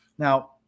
Now